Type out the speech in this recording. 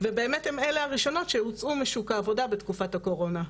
ובאמת הן אלה הראשונות שהוצאו משוק העבודה בתקופת הקורונה.